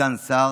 סגן שר.